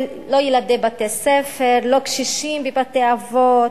לא ילדי בתי-ספר, לא קשישים בבתי-אבות,